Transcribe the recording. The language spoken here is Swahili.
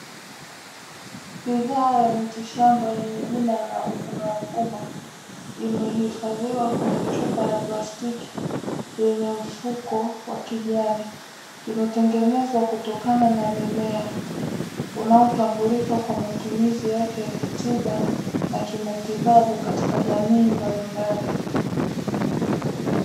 Bidhaa ya mitishamba yenye jina la "Umuravumba", imehifadhiwa kwenye chupa ya plastiki yenye mfuko wa kijani. Imetengenezwa kutokana na mimea, unaotambulika kwa matumizi yake ya kitiba na kimatibabu katika jamii mbalimbali.